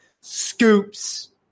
scoops